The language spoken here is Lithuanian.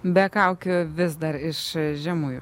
be kaukių vis dar iš žemųjų